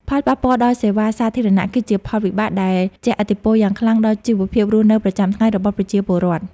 ផលប៉ះពាល់ដល់សេវាសាធារណៈ គឺជាផលវិបាកដែលជះឥទ្ធិពលយ៉ាងខ្លាំងដល់ជីវភាពរស់នៅប្រចាំថ្ងៃរបស់ប្រជាពលរដ្ឋ។